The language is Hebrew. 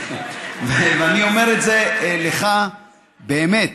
אני אומר את זה לך באמת,